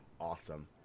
awesome